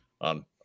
on